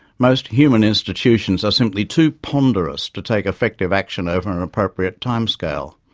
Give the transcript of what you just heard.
most human institutions are simply too ponderous to take effective action over an appropriate time scale.